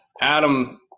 Adam